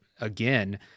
again